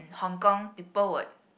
Hong-Kong people would